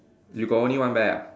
you got only one bear ah